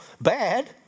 bad